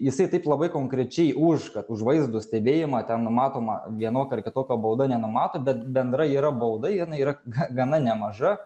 jisai taip labai konkrečiai už kad už vaizdo stebėjimą ten numatoma vienokia ar kitokia bauda nenumato bet bendrai yra bauda jinai yra ga gana nemaža